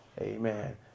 Amen